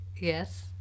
Yes